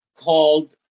called